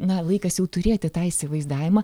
na laikas jau turėti tą įsivaizdavimą